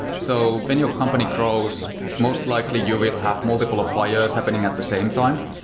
so when your company grows, most likely you will have multiple fires happening at the same time.